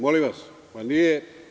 Molim vas, nije.